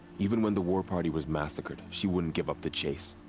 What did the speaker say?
even when the war party was massacred. she wouldn't give up the chase.